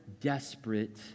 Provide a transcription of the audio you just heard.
desperate